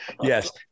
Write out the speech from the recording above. yes